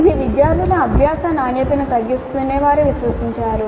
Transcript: ఇది విద్యార్థుల అభ్యాస నాణ్యతను తగ్గిస్తుందని వారు విశ్వసించారు